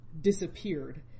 disappeared